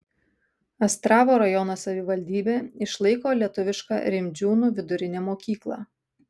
astravo rajono savivaldybė išlaiko lietuvišką rimdžiūnų vidurinę mokyklą